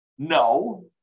No